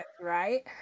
right